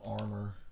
armor